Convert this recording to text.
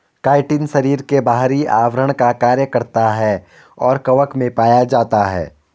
chitin शरीर के बाहरी आवरण का कार्य करता है और कवक में पाया जाता है